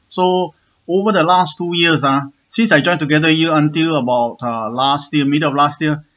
so over the last two years ah since I joined together year until about uh last year uh middle of last year